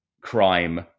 crime